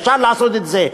אפשר לעשות את זה.